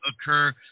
occur